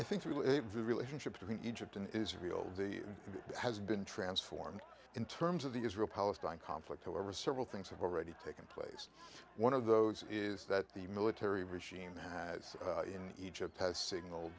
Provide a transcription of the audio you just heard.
i think the relationship between egypt and israel the has been transformed in terms of the israel palestine conflict however several things have already taken place one of those is that the military regime has in egypt has signal